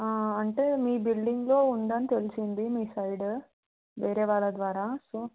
అంటే మీ బిల్డింగ్లో ఉందని తెలిసింది మీ సైడ్ వేరే వాళ్ళ ద్వారా సో